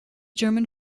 german